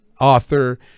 author